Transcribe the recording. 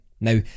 Now